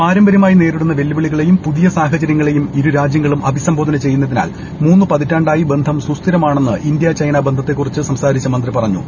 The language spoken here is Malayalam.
പാരമ്പര്യമായി നേരിടുന്ന വെല്ലുവിളികളെയും പുതിയ സാഹചര്യങ്ങളെയും ഇരു രാജ്യങ്ങളും അഭിസംബോധന ചെയ്യുന്നതിനാൽ മൂന്ന് പതിറ്റാണ്ടായി ബന്ധം സുസ്ഥിരമാണെന്ന് ഇന്ത്യ ചൈന ബന്ധത്തെക്കുറിച്ച് സംസാരിച്ച മന്ത്രി പറഞ്ഞു